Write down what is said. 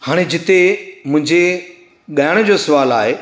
हाणे जिते मुंहिंजे ॻाएण जो सुवाल आहे